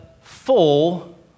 full